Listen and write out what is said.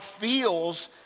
feels